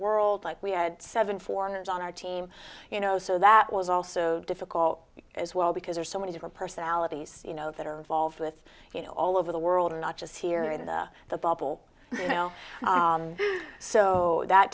world like we had seven foreigners on our team you know so that was also difficult as well because there's so many different personalities you know that are involved with you know all over the world and not just here in the bubble you know so that